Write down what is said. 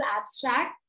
abstract